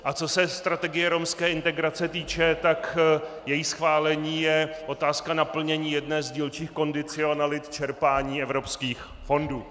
A co se strategie romské integrace týče, její schválení je otázka naplnění jedné z dílčích kondicionalit čerpání evropských fondů.